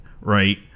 right